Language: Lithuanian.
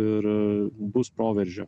ir a bus proveržio